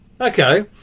okay